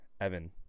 Evan